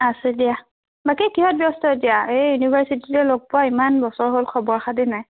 আছোঁ দিয়া বাকী কিহত ব্যস্ত এতিয়া এই ইউনিভাৰ্চিটিতে লগ পোৱা ইমান বছৰ হ'ল খবৰ খাতি নাই